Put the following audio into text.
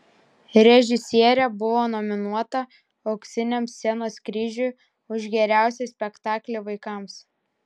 režisierė buvo nominuota auksiniam scenos kryžiui už geriausią spektaklį vaikams